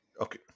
Okay